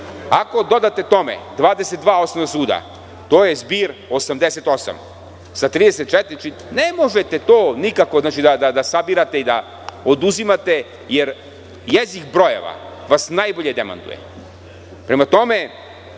Ako dodate tome 22 osnovna suda to je zbir 88 sa 34 ne možete to nikako da sabirate i da oduzimate, jer jezik brojeva vas najbolje demantuje. Prema tome,